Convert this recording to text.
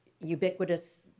ubiquitous